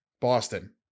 Boston